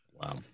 Wow